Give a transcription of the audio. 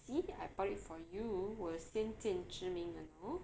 see I bought it for you 我有先见之明 you know